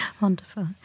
Wonderful